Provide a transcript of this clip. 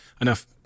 enough